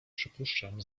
przypuszczam